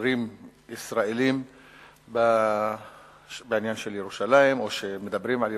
ומשוררים ישראלים בעניין של ירושלים או שמדברים על ירושלים.